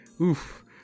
oof